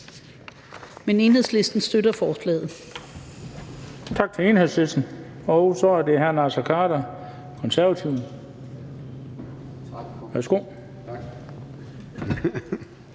Men Enhedslisten støtter forslaget.